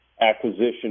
acquisition